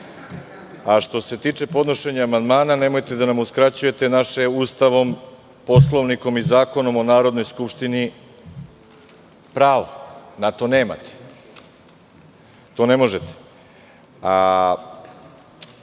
SNS.Što se tiče podnošenja amandmana nemojte da nam uskraćujete naše Ustavom, Poslovnikom i Zakonom o Narodnoj skupštini pravo. Pravo na to nemate, to ne može. Kada